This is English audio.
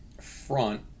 front